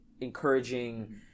encouraging